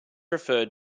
referred